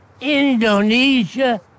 Indonesia